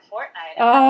Fortnite